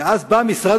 ואז בא משרד